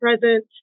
present